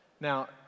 Now